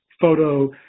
photo